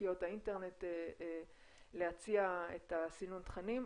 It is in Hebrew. ספקיות האינטרנט להציע את הסינון תכנים,